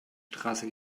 straße